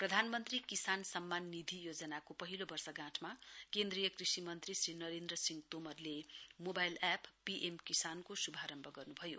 प्रधानमंत्री किसान सम्मान निधि योजनाको पहिलो वर्षगाठमा केन्द्रीय कृषि मन्त्री श्री नरेन्द्र सिंह तोमरले मोबाइल एप पीएम किसानको श्भारम्भ गर्न्भयो